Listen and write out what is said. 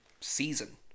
season